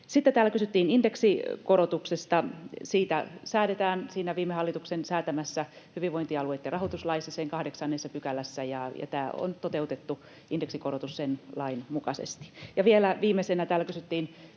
Sitten täällä kysyttiin indeksikorotuksesta. Siitä säädetään viime hallituksen säätämässä hyvinvointialueitten rahoituslaissa, sen 8 §:ssä, ja tämä indeksikorotus on toteutettu sen lain mukaisesti. Vielä viimeisenä, kun täällä kysyttiin